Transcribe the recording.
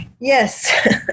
Yes